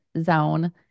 zone